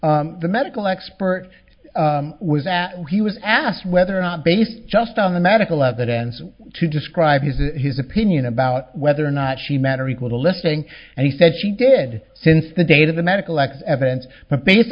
the medical expert was asked what he was asked whether or not based just on the medical evidence to describe his in his opinion about whether or not she met or equal to listing and he said she did since the date of the medical x evidence but based